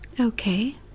Okay